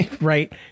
Right